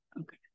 okay